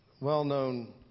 well-known